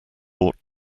bought